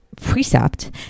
precept